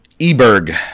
Eberg